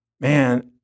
man